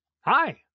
Hi